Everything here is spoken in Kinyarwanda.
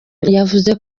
yavuze